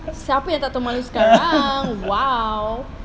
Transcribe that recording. siapa yang tak tahu malu sekarang !wow!